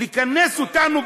לכנס אותנו,